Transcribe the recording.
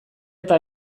eta